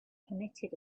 permitted